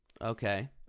okay